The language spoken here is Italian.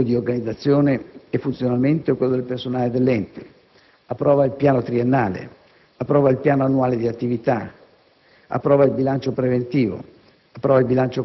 tra l'altro, elabora ed approva il regolamento di organizzazione e funzionamento e quello del personale dell'ente, approva il piano triennale, il piano annuale di attività,